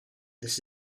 this